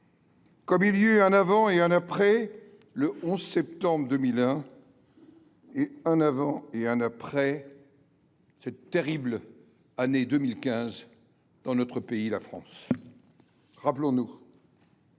comme il y eut un avant et un après le 11 septembre 2001, ainsi qu’un avant et un après cette terrible année 2015 dans notre pays, la France. Rappelons-nous